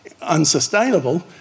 unsustainable